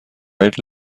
red